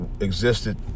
existed